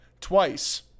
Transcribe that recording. twice